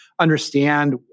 understand